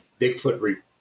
Bigfoot